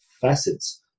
facets